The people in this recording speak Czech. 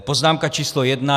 Poznámka č. 1.